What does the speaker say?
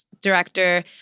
director